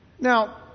Now